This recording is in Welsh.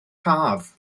haf